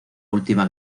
última